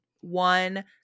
one